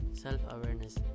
self-awareness